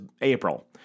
April